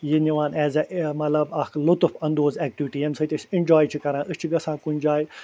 یہِ نِوان ایز اےٚ مطلب اَکھ لُطف اندوز اٮ۪کٹِوِٹی ییٚمہِ سۭتۍ أسۍ اٮ۪نجاے چھِ کران أسۍ چھِ گژھان کُنہِ جایہِ